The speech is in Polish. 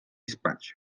spać